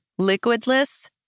liquidless